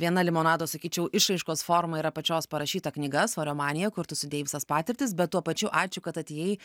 viena limonado sakyčiau išraiškos forma yra pačios parašyta knyga svorio manija kur tu sudėjai visas patirtis bet tuo pačiu ačiū kad atėjai